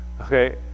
Okay